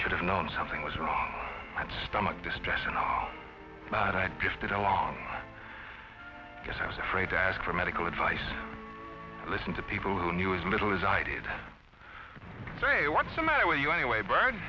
should have known something was wrong and stomach distress and now that drifted along because i was afraid to ask for medical advice listen to people who knew as little as i did say what's the matter with you anyway bern